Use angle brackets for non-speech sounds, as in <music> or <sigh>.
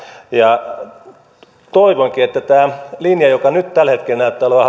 ja verovälttelyyn toivonkin että tätä linjaa joka nyt tällä hetkellä näyttää olevan <unintelligible>